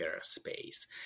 space